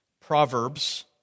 Proverbs